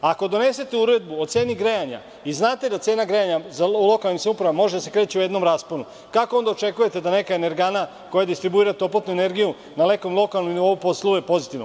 Ako donesete uredbu o ceni grejanja i znate da cena grejanja u lokalnim samoupravama može da se kreće u jednom rasponu, kako onda očekujete da neka energana, koja distribuira toplotnu energiju na nekom lokalnom nivou posluje pozitivno?